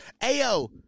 Ayo